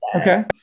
Okay